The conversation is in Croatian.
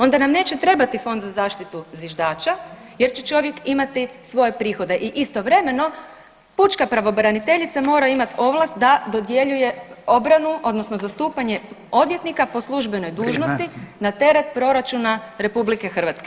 Onda nam neće trebati fond za zaštitu zviždača jer će čovjek imati svoje prihode i istovremeno pučka pravobraniteljica mora imati ovlast da dodjeljuje obranu odnosno zastupanje odvjetnika po službenoj [[Upadica Radin: Vrijeme.]] dužnosti na teret proračuna RH.